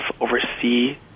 oversee